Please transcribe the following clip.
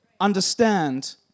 understand